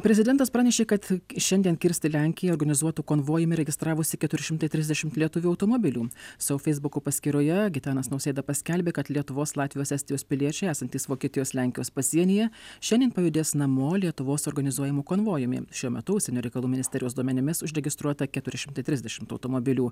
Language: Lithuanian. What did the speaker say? prezidentas pranešė kad šiandien kirsti lenkiją organizuotu konvojumi registravosi keturi šimtai trisdešimt lietuvių automobilių savo feisbuko paskyroje gitanas nausėda paskelbė kad lietuvos latvijos estijos piliečiai esantys vokietijos lenkijos pasienyje šiandien pajudės namo lietuvos organizuojamu konvojumi šiuo metu užsienio reikalų ministerijos duomenimis užregistruota keturi šimtai trisdešimt automobilių